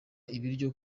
ibiryo